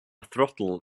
throttle